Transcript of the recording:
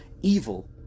Evil